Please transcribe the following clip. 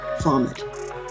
vomit